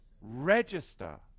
register